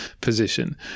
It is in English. position